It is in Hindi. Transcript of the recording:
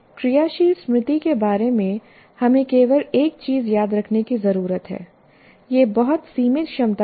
क्रियाशील स्मृति के बारे में हमें केवल एक चीज याद रखने की जरूरत है यह बहुत सीमित क्षमता की है